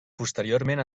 posteriorment